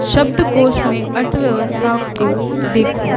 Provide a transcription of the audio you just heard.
शब्दकोश में अर्थव्यवस्था को देखो